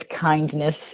kindness